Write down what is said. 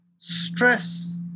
stress